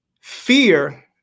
Fear